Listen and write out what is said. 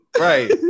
Right